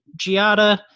Giada